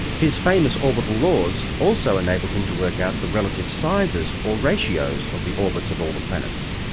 his famous orbital laws also enabled him to work out the relative sizes or ratios of the orbits of all the planets.